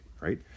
right